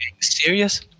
serious